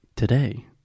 Today